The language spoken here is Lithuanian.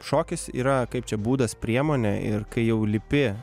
šokis yra kaip čia būdas priemonė ir kai jau lipi